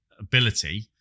ability